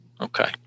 Okay